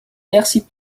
percy